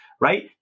Right